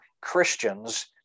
Christians